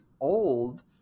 old